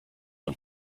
und